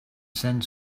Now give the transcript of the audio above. send